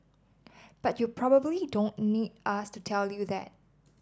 but you probably don't need us to tell you that